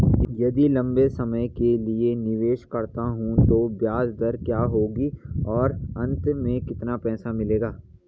यदि लंबे समय के लिए निवेश करता हूँ तो ब्याज दर क्या होगी और अंत में कितना पैसा मिलेगा?